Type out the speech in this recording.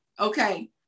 okay